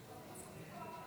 חבר הכנסת סימון מושיאשוילי,